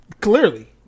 Clearly